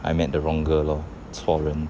I met the wrong girl lor 错人